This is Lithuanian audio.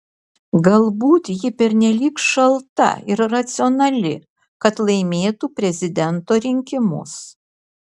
galbūt ji pernelyg šalta ir racionali kad laimėtų prezidento rinkimus